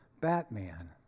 Batman